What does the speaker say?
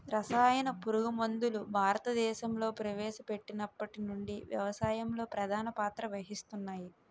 రసాయన పురుగుమందులు భారతదేశంలో ప్రవేశపెట్టినప్పటి నుండి వ్యవసాయంలో ప్రధాన పాత్ర వహిస్తున్నాయి